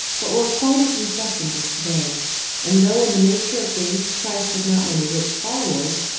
but were quite as incessant as to-day and though in the nature of things christ had not many rich followers,